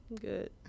Good